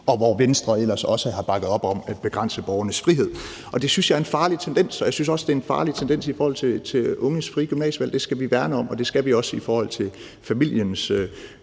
og hvor Venstre ellers også har bakket op om at begrænse borgernes frihed. Det synes jeg er en farlig tendens. Jeg synes også, det er en farlig tendens i forhold til unges frie gymnasievalg. Det skal vi værne om, og det skal vi også i forhold til familiens